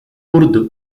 urdu